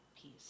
peace